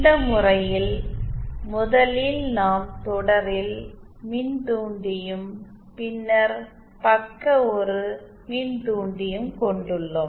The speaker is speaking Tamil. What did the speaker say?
இந்த முறையில் முதலில் நாம் தொடரில் மின்தூண்டியும் பின்னர் ஷண்ட்டில் ஒரு மின்தூண்டியும் கொண்டுள்ளோம்